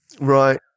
right